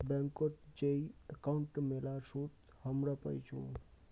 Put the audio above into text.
ব্যাংকোত যেই একাউন্ট মেলা সুদ হামরা পাইচুঙ